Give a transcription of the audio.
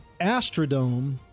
Astrodome